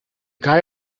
guy